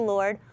Lord